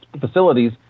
facilities